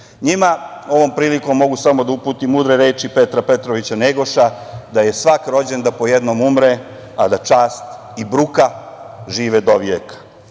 Njima ovom prilikom mogu samo da uputim mudre reči Petra Petrovića Njegoša da je svak rođen da po jednom umre, a da čast i bruka žive dovijeka. Kada